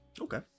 Okay